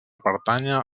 pertànyer